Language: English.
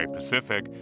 Pacific